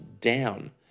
down